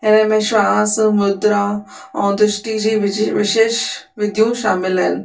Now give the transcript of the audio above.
हिन में श्वास मुद्रा ऐं दष्टि जी विझी विशेष विधियूं शामिलु आहिनि